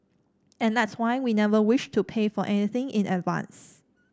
and that's why we never wished to pay for anything in advance